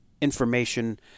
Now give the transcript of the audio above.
information